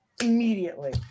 immediately